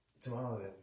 Tomorrow